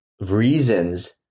reasons